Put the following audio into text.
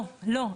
לא, לא.